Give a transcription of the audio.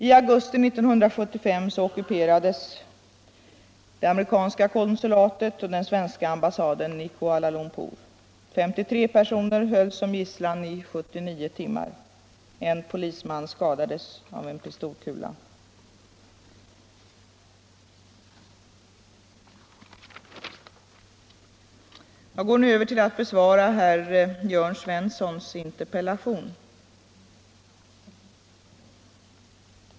I augusti 1975 ockuperades det amerikanska konsulatet och den svenska ambassaden i Kuala Lumpur. 53 personer hölls som gisslan i 79 timmar. En polisman skadades av en pistolkula. Jag går nu över till att besvara herr Jörn Svenssons interpellation.